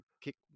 kick